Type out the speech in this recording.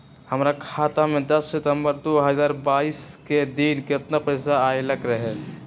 हमरा खाता में दस सितंबर दो हजार बाईस के दिन केतना पैसा अयलक रहे?